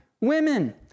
women